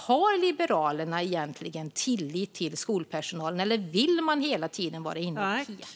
Har Liberalerna egentligen tillit till skolpersonalen? Eller vill man hela tiden vara inne och peta?